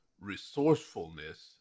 resourcefulness